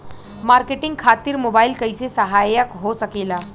Marketing खातिर mobile कइसे सहायक हो सकेला?